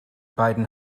beiden